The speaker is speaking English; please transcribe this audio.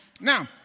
Now